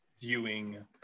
viewing